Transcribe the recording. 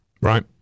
Right